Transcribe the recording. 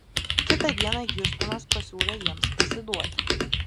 kitą dieną hiustonas pasiūlė jiems pasiduoti